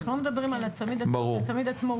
הצמיד נשאר כל זמן שהצו בתוקף.